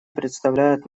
предоставят